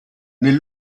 nel